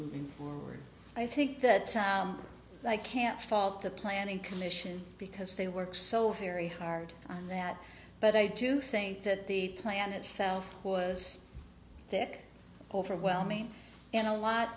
moving forward i think that i can't fault the planning commission because they work so fairy hard on that but i do think that the plan itself was thick overwhelming and a lot